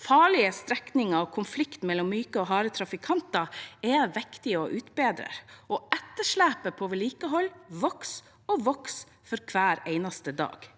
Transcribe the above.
Farlige strekninger som kan medføre konflikt mellom myke og harde trafikanter, er viktig å utbedre, og etterslepet på vedlikehold vokser og vokser for hver eneste dag.